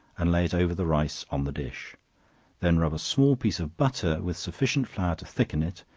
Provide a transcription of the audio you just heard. and lay it over the rice on the dish then rub a small piece of butter with sufficient flour to thicken it,